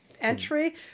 entry